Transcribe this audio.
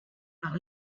par